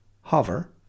hover